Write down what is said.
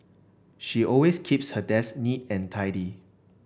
she always keeps her desk neat and tidy